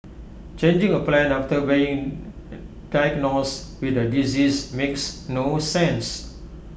changing A plan after being diagnosed with A disease makes no sense